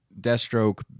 Deathstroke